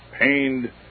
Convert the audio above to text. pained